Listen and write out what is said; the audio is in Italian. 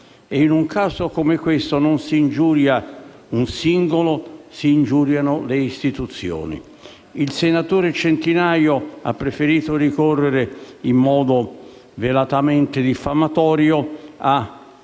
E in un caso come questo si ingiuriano non un singolo, ma le istituzioni. Il senatore Centinaio ha preferito ricorrere in modo velatamente diffamatorio a